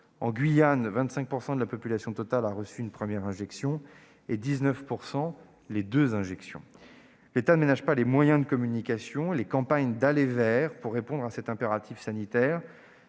En Guyane, 25 % de la population totale a reçu une première injection et 19 % les deux injections. L'État ne ménage pas ses efforts de communication et a lancé des campagnes d'« aller vers » pour répondre à cet impératif sanitaire,